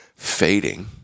fading